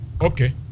Okay